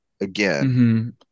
again